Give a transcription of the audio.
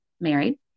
married